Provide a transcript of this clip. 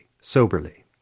soberly